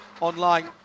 online